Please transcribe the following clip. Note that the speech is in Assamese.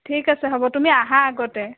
ঠিক আছে হ'ব তুমি আহা আগতে